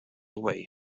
away